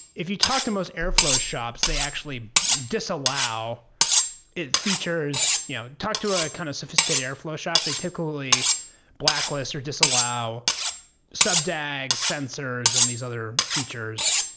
if you talk to most airflow shops, they actually disallow features you know talk to a kind of sophisticated airflow shop, they typically blacklist or disallow sub-dag sensors and these other features,